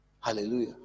Hallelujah